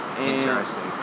Interesting